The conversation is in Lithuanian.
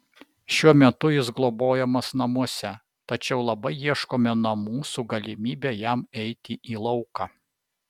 šiuo metu jis globojamas namuose tačiau labai ieškome namų su galimybe jam eiti į lauką